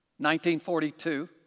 1942